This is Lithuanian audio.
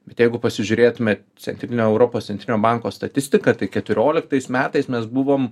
bet jeigu pasižiūrėtumėt centrinio europos centrinio banko statistiką tik keturioliktais metais mes buvom